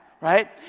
right